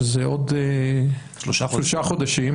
שזה עוד שלושה חודשים,